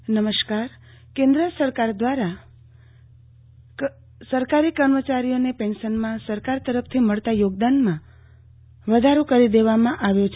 કેન્દ્ર સરકાર પેન્શન કેન્દ્ર સરકાર દ્રારા સરકારી કર્મચારીઓને પેન્શનમાં સરકાર તરફથી મળતા યોગદાનમાં વધારો કરી દેવામાં આન્યો છે